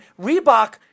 Reebok